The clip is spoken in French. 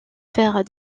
faire